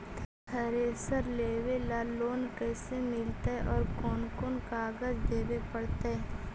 Thresher लेबे ल loan कैसे मिलतइ और कोन कोन कागज देबे पड़तै?